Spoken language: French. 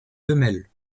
femelles